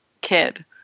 kid